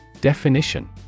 Definition